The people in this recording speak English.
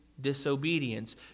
disobedience